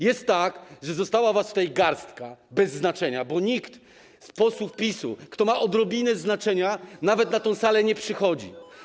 Jest tak, że została was tutaj garstka bez znaczenia, bo nikt z posłów PiS-u, kto ma odrobinę znaczenia, nawet na tę salę nie przychodzi.